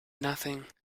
nothing